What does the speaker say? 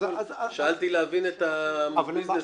שאלתי להבין את הביזנס.